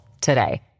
today